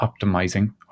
optimizing